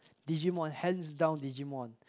Digimon hands down Digimon